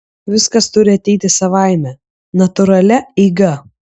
viskas turi ateiti savaime natūralia eiga